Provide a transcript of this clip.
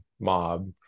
mob